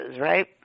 right